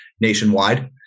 nationwide